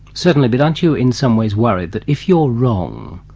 certainly, but aren't you in some ways worried that if you're wrong,